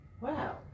Wow